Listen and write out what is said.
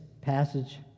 passage